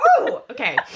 Okay